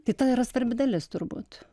tai ta yra svarbi dalis turbūt